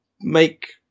make